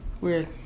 Weird